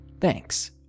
Thanks